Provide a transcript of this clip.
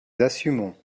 assumons